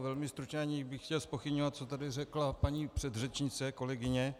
Velmi stručně, aniž bych chtěl zpochybňovat, co tady řekla paní předřečnice, kolegyně.